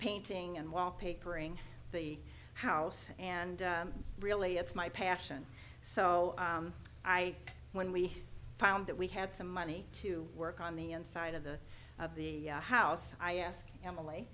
painting and wallpapering the house and really it's my passion so i when we found that we had some money to work on the inside of the of the house i ask family